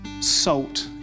Salt